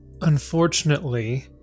unfortunately